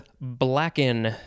blacken